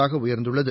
ஆக உயர்ந்துள்ளது